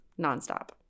nonstop